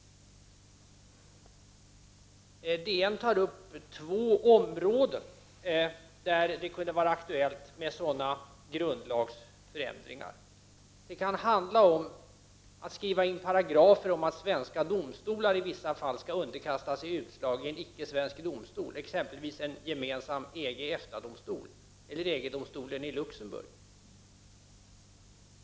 DN tar upp två områden där det kunde vara aktuellt med sådana grundlagsförändringar. Det kan handla om att skriva in paragrafer om att svenska domstolar i vissa fall skall underkasta sig utslag i en icke svensk domstol, exempelvis en gemensam EG-EFTA-domstol, eller EG-domstolen i Luxemburg.